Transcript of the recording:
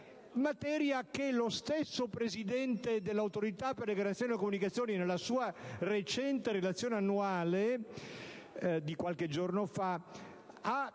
materia che lo stesso Presidente dell'Autorità per le garanzie nelle comunicazioni, nella sua recente relazione annuale di qualche giorno fa, ha